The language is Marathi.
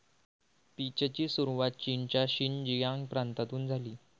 पीचची सुरुवात चीनच्या शिनजियांग प्रांतातून झाली